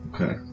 Okay